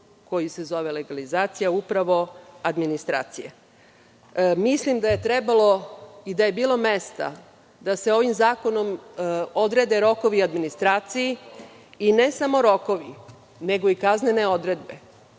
koji se zove legalizacija, upravo administracija. Mislim da je trebalo i da je bilo mesta da se ovim zakonom odrede rokovi administraciji, i ne samo rokovi nego i kaznene odredbe.